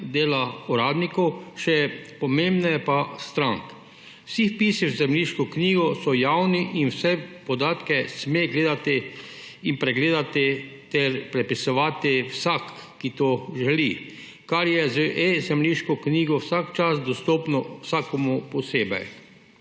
dela uradnikov, še pomembneje pa strank. Vsi vpisi v zemljiško knjigo so javni in vse podatke sme gledati in pregledati ter prepisovati vsak, ki to želi, kar je z e-zemljiško knjigo ves čas dostopno vsakemu posebej.